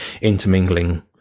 intermingling